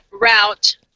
route